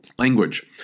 Language